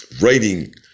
writing